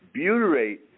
Butyrate